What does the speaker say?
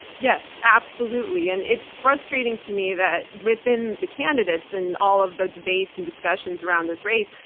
yes, absolutely. and it's frustrating to me that within the candidates and all of the debates and discussions around this race,